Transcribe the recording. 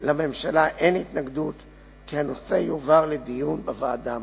אין לממשלה התנגדות כי הנושא יועבר לדיון בוועדה המתאימה.